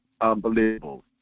unbelievable